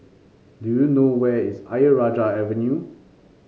do you know where is Ayer Rajah Avenue